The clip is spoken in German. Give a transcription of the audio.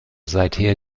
seither